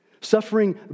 Suffering